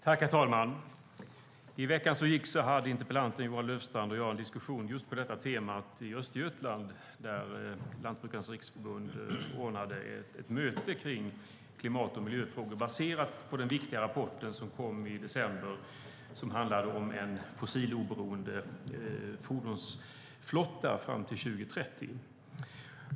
Herr talman! I veckan som gick hade interpellanten Johan Löfstrand och jag en diskussion på just detta tema i Östergötland då Lantbrukarnas Riksförbund ordnade ett möte om klimat och miljöfrågor baserat på den viktiga rapporten som kom i december om en fossiloberoende fordonsflotta till 2030.